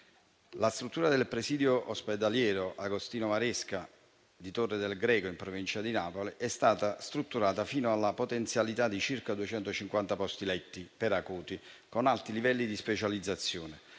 Ministro, il presidio ospedaliero Agostino Maresca di Torre del Greco, in provincia di Napoli, è stato strutturato fino alla potenzialità di circa 250 posti letti per pazienti acuti, con alti livelli di specializzazione.